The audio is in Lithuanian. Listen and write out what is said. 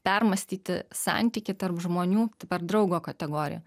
permąstyti santykį tarp žmonių per draugo kategoriją